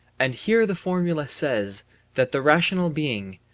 and here the formula says that the rational being,